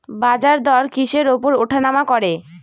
বাজারদর কিসের উপর উঠানামা করে?